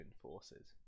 forces